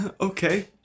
okay